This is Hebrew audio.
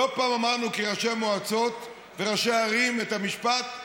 לא פעם אמרנו כראשי המועצות וראשי ערים את המשפט: